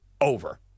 over